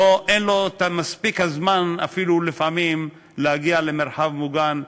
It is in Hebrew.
לפעמים אין לו מספיק זמן אפילו להגיע למרחב מוגן,